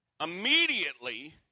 Immediately